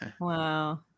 Wow